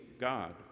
God